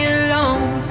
alone